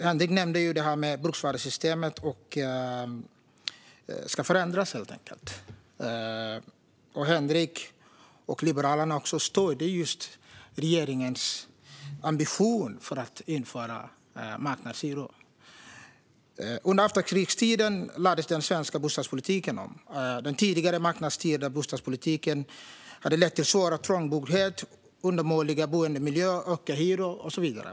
Henrik nämnde att bruksvärdessystemet ska förändras, och Henrik och Liberalerna stöder ju regeringens ambition att införa marknadshyror. Under efterkrigstiden lades den svenska bostadspolitiken om. Den tidigare marknadsstyrda bostadspolitiken hade lett till svår trångboddhet, undermåliga boendemiljöer, ockerhyror och så vidare.